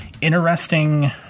interesting